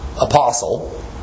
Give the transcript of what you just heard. apostle